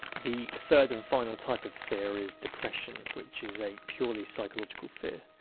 the third and final type of fear is depression, which is a purely psychological fear.